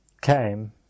came